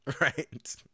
right